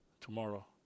tomorrow